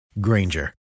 Granger